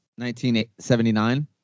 1979